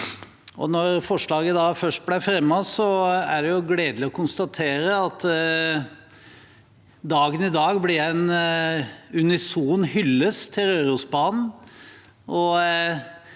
Når forslaget først er fremmet, er det gledelig å konstatere at dagen i dag blir en unison hyllest til Rørosbanen,